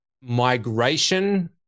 migration